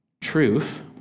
truth